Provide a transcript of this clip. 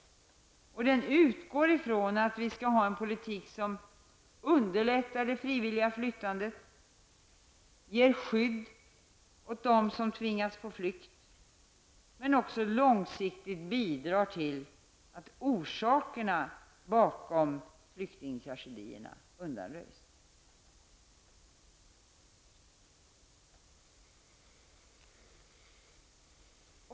Propositionen utgår från att vi skall kunna föra en politik, som underlättar det frivilliga flyttandet, ger skydd åt dem som tvingas till flykt men även långsiktigt bidrar till att orsakerna bakom flyktingtragedierna undanröjs.